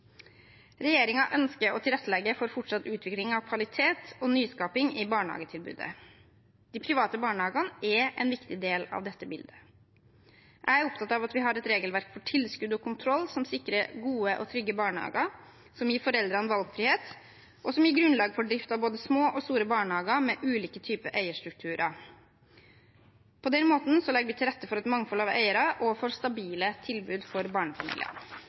ønsker å tilrettelegge for fortsatt utvikling av kvalitet og nyskaping i barnehagetilbudet. De private barnehagene er en viktig del av dette bildet. Jeg er opptatt av at vi har et regelverk for tilskudd og kontroll som sikrer gode og trygge barnehager, som gir foreldrene valgfrihet, og som gir grunnlag for drift av både små og store barnehager med ulike typer eierstrukturer. På den måten legger vi til rette for et mangfold av eiere og for stabile tilbud for barnefamilier.